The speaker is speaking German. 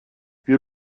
wir